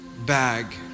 bag